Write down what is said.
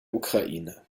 ukraine